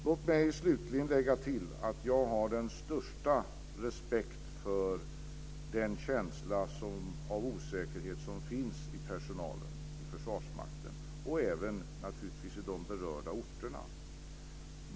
Låt mig slutligen lägga till att jag har den största respekt för den känsla av osäkerhet som finns hos personalen i Försvarsmakten och även naturligtvis i de berörda orterna.